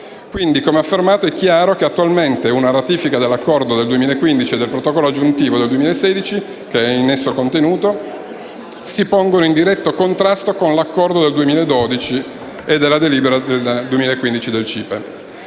Quindi, come affermato, è chiaro che attualmente una ratifica dell'Accordo del 2015 e del Protocollo aggiuntivo del 2016 che è in esso contenuto si pongono in diretto contrasto con l'Accordo del 2012 e con la delibera CIPE 19/2015.